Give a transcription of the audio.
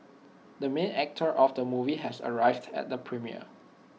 the main actor of the movie has arrived at the premiere